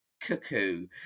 cuckoo